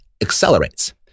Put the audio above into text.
accelerates